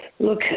Look